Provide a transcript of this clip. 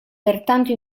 pertanto